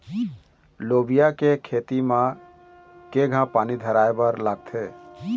लोबिया के खेती म केघा पानी धराएबर लागथे?